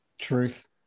Truth